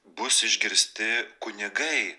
bus išgirsti kunigai